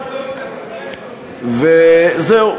וזהו,